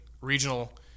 regional